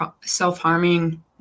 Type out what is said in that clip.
self-harming